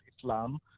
Islam